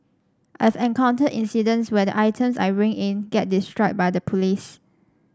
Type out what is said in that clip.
I've encountered incidents where the items I bring in get destroyed by the police